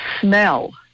smell